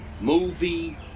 Movie